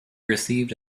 received